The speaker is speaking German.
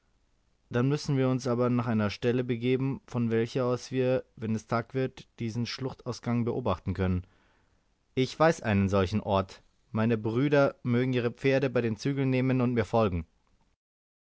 dann müssen wir uns aber nach einer stelle begeben von welcher aus wir wenn es tag wird diesen schluchtausgang beobachten können ich weiß einen solchen ort meine brüder mögen ihre pferde bei den zügeln nehmen und mir folgen